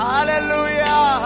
Hallelujah